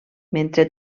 mentre